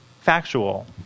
factual